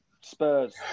Spurs